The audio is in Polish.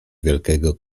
wielkiego